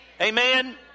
Amen